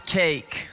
cake